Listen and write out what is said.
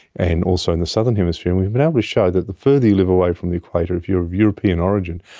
and also in the southern hemisphere, and we've been able to show that the further you live away from the equator, if you are of european origin,